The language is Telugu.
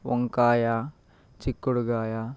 వంకాయ చిక్కుడు కాయ